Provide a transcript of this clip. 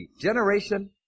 generation